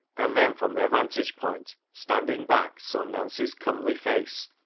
and then from their vantage point, standing back, saw nancy's comely face,